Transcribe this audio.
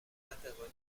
d’intervenir